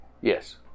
Yes